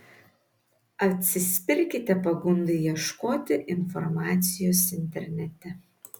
atsispirkite pagundai ieškoti informacijos internete